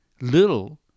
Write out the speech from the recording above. little